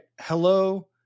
Hello